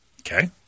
Okay